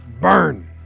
burn